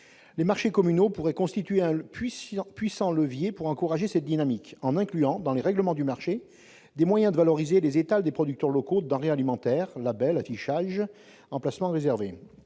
Les marchés communaux pourraient constituer un puissant levier pour encourager cette dynamique, en incluant, dans les règlements de marché, des moyens de valoriser les étals des producteurs locaux de denrées alimentaires : label, affichage, emplacements réservés,